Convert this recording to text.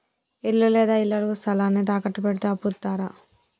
ఇల్లు లేదా ఇళ్లడుగు స్థలాన్ని తాకట్టు పెడితే అప్పు ఇత్తరా?